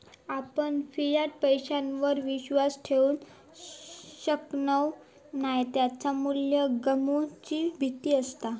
आपण फियाट पैशावर विश्वास ठेवु शकणव नाय त्याचा मू्ल्य गमवुची भीती असता